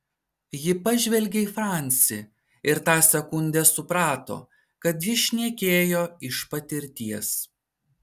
ji pažvelgė į francį ir tą sekundę suprato kad jis šnekėjo iš patirties